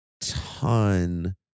ton